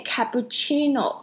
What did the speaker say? Cappuccino